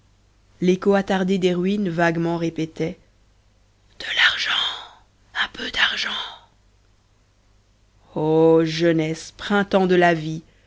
l'écho attardé des ruines vaguement répétait de l'argent un peu d'argent ô jeunesse printemps de la vie